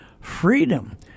Freedom